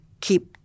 keep